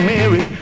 Mary